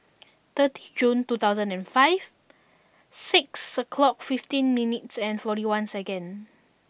thirty Jun two thousand and five six o'clock fifteen minutes forty one seconds